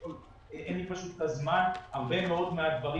אין לי פשוט את הזמן אבל הרבה מאוד מהדברים